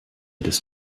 des